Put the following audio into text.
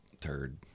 turd